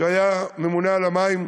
שהיה ממונה על המים,